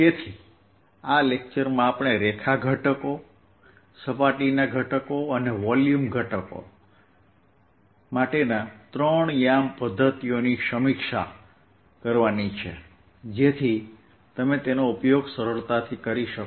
તેથી આ લેક્ચરમાં આપણે રેખા ઘટકો સપાટીના ઘટકો અને વોલ્યુમ ઘટકો માટેના ત્રણ યામ પદ્ધતિઓની સમીક્ષા કરવાની છે જેથી તમે તેનો ઉપયોગ સરળતાથી કરી શકો